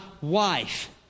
wife